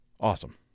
Awesome